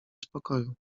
spokoju